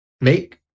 make